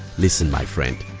listen my friend!